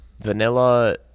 vanilla